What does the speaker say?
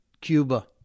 Cuba